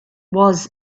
was